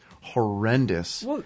horrendous